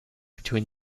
between